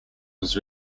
was